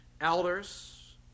elders